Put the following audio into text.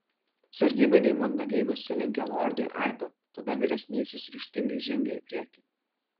sargybiniai mandagiai nusilenkė lordui aido tada vyresnysis ryžtingai žengė į priekį